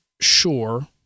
sure